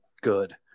good